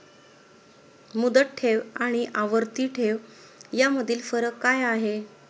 मुदत ठेव आणि आवर्ती ठेव यामधील फरक काय आहे?